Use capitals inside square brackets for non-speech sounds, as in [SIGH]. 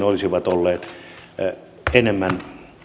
[UNINTELLIGIBLE] olisivat olleet enemmän